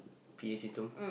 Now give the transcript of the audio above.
P_A system